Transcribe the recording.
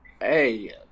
Hey